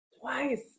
Twice